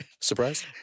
surprise